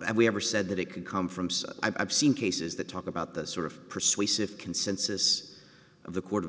that we ever said that it could come from so i've seen cases that talk about the sort of persuasive consensus of the court of